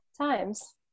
times